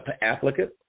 applicant